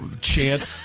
chant